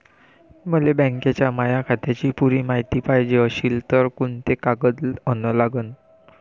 मले बँकेच्या माया खात्याची पुरी मायती पायजे अशील तर कुंते कागद अन लागन?